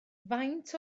faint